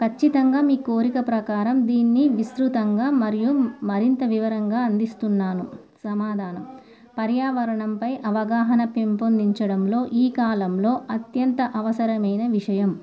ఖచ్చితంగా మీ కోరిక ప్రకారం దీన్ని విస్తృతంగా మరియు మరింత వివరంగా అందిస్తున్నాను సమాధానం పర్యావరణంపై అవగాహన పెంపొందించడంలో ఈ కాలంలో అత్యంత అవసరమైన విషయం